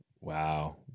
Wow